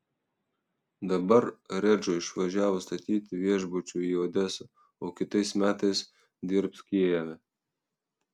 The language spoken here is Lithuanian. dabar redžo išvažiavo statyti viešbučio į odesą o kitais metais dirbs kijeve